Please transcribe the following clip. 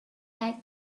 like